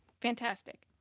fantastic